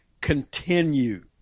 continue